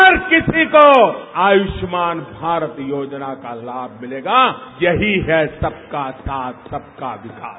हर किसी को आयुष्मान भारत योजना का लाभ मिलेगा यही है सबका साथ सबका विकास